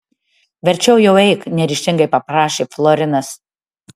verčiau jau eik neryžtingai paprašė florinas